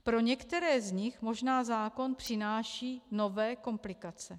Pro některé z nich možná zákon přináší nové komplikace.